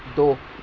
دو